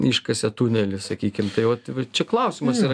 iškasė tunelį sakykim tai vat čia klausimas yra